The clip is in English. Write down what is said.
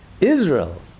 Israel